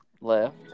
left